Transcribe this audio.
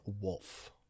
Wolf